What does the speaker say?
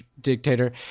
dictator